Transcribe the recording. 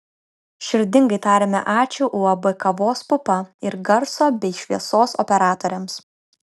širdingai tariame ačiū uab kavos pupa ir garso bei šviesos operatoriams